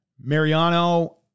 Mariano